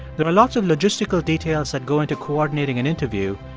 there are lots of logistical details that go into coordinating an interview,